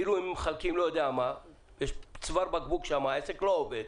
יש שם צוואר בקבוק והעסק לא עובד.